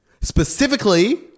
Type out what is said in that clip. specifically